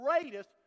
greatest